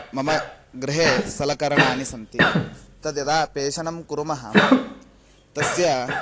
मम गृहे सलकरणानि सन्ति तद् यदा पेषणं कुर्मः तस्य